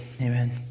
Amen